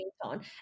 on